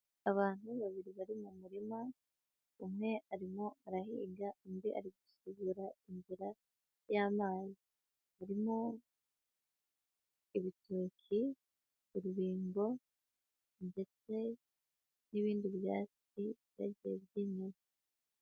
Abantu babiri bari mu murima, umwe arimo arahinga undi ari gusibura inzira y'amazi, harimo ibitoki, urubingo, ndetse n'ibindi byatsi byagiye byimeza.